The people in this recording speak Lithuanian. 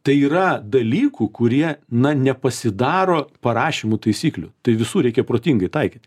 tai yra dalykų kurie na nepasidaro parašymu taisyklių tai visur reikia protingai taikyt